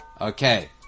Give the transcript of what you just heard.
Okay